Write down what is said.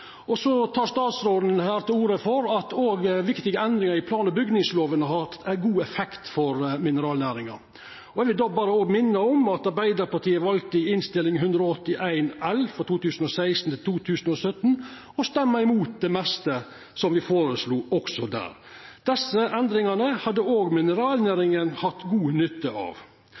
Statsråden tek til orde for at viktige endringar i plan- og bygningsloven har hatt ein god effekt for mineralnæringa. Eg vil minna om at Arbeidarpartiet valde i forbindelse med Innst. 181 L for 2016–2017 å stemma imot det meste som me føreslo der. Desse endringane hadde òg mineralnæringa hatt god nytte av.